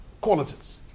qualities